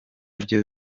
byo